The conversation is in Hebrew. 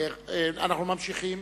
אנחנו ממשיכים.